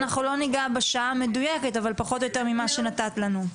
אנחנו לא ניגע בשעה המדויקת אבל פחות או יותר ממה שנתת לנו.